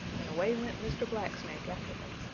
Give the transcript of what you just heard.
and away went mr. black snake after him.